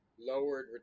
lowered